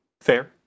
Fair